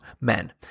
men